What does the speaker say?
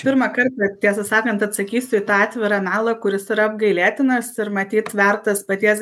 pirmą kartą tiesą sakant atsakysiu į tą atvirą melą kuris yra apgailėtinas ir matyt vertas paties